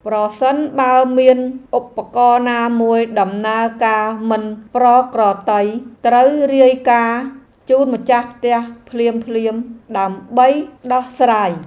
ប្រសិនបើមានឧបករណ៍ណាមួយដំណើរការមិនប្រក្រតីត្រូវរាយការណ៍ជូនម្ចាស់ផ្ទះភ្លាមៗដើម្បីដោះស្រាយ។